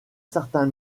certain